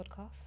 podcast